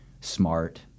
smart